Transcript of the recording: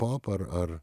pop ar ar